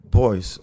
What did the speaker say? boys